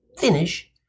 Finish